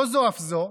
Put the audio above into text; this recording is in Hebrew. לא זו אף זו,